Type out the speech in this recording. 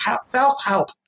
self-help